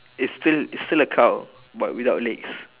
it's still it's still a cow but without legs